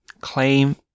Claim